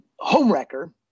homewrecker